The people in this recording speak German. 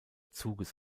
zuges